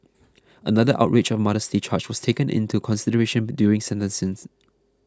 another outrage of modesty charge was taken into consideration during sentencing